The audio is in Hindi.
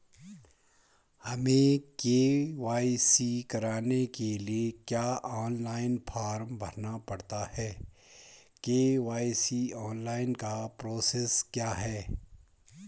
हमें के.वाई.सी कराने के लिए क्या ऑनलाइन फॉर्म भरना पड़ता है के.वाई.सी ऑनलाइन का प्रोसेस क्या है?